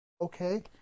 Okay